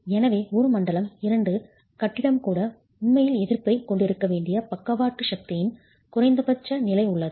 எனவே ஒரு மண்டலம் II கட்டிடம் கூட உண்மையில் எதிர்ப்பைக் கொண்டிருக்க வேண்டிய பக்கவாட்டு லேட்ரல் சக்தியின் குறைந்தபட்ச நிலை உள்ளது